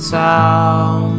town